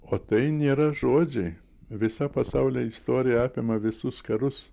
o tai nėra žodžiai visa pasaulio istorija apima visus karus